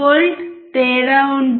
1V తేడా ఉంటుంది